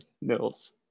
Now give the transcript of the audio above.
Nils